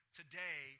today